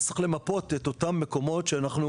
נצטרך למפות את אותם מקומות שאנחנו